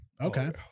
Okay